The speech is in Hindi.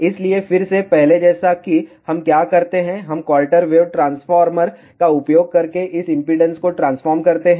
इसलिए फिर से पहले जैसा कि हम क्या करते हैं हम क्वार्टर वेव ट्रांसफार्मर का उपयोग करके इस इम्पीडेन्स को ट्रांसफॉर्म करते हैं